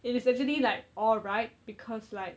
it is actually like alright because like